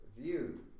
view